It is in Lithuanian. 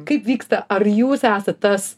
kaip vyksta ar jūs esat tas